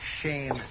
shame